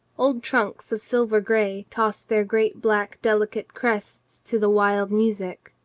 old trunks of silver gray tossed their great black deli cate crests to the wild music,